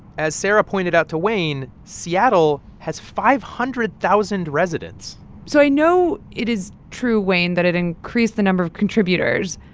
as sarah pointed out to wayne, seattle has five hundred thousand residents so i know it is true, wayne, that it increased the number of contributors.